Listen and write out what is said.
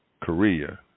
Korea